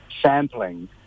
sampling